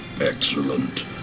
Excellent